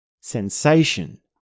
sensation